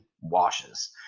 washes